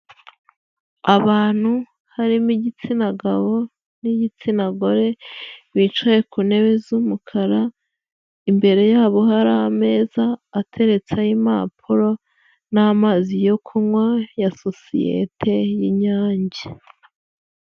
Abantu harimo igitsina gabo n'igitsina gore bicaye ku ntebe z'umukara, imbere yabo hari ameza ateretseho impapuro n'amazi yo kunywa ya sosiyete y'inyange.